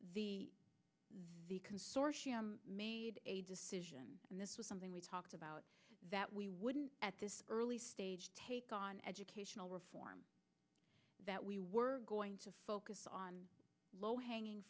education the consortium made a decision and this was something we talked about that we wouldn't at this early stage take on educational reform that we were going to focus on low hanging